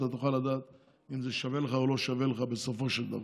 אתה תוכל לדעת אם זה שווה לך או לא שווה לך בסופו של דבר.